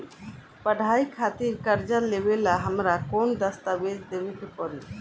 पढ़ाई खातिर कर्जा लेवेला हमरा कौन दस्तावेज़ देवे के पड़ी?